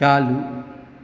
चालू